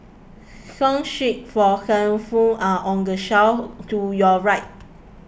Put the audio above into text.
song sheets for handphones are on the shelf to your right